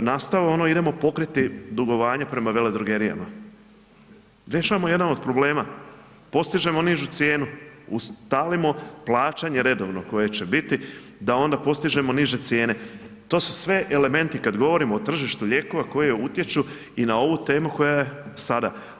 nastao, idemo pokriti dugovanje prema Veledrogerijama, rješavamo jedan od problema, postižemo nižu cijenu, ustalimo plaćanje redovno koje će biti da onda postižemo niže cijene, to su sve elementi kad govorimo o tržištu lijekova koje utječu i na ovu temu koja je sada.